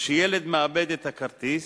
וכשילד מאבד את הכרטיס,